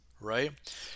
right